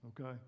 okay